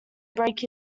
break